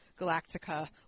Galactica